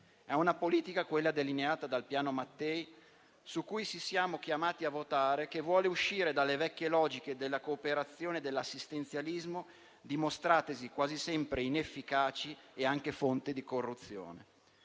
È una politica, quella delineata dal Piano Mattei, su cui siamo chiamati a votare, che vuole uscire dalle vecchie logiche della cooperazione e dell'assistenzialismo dimostratesi quasi sempre inefficaci e anche fonte di corruzione.